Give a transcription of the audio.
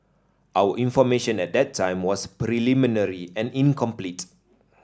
our information at that time was preliminary and incomplete